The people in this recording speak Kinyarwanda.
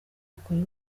ikora